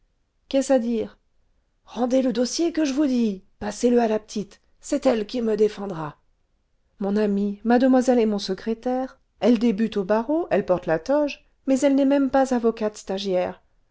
qu'est-ce à dire rendez le dossier que je vous dis passez le à la petite c'est elle qui me défendra mon ami mademoiselle est mon secrétaire elle débute au barreau elle porte la toge mais elle n'est même pas avocate stagiaire